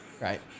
Right